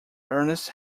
ernest